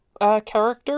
character